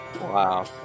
Wow